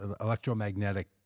electromagnetic